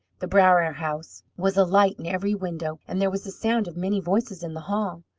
the brower house was alight in every window, and there was the sound of many voices in the hall.